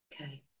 Okay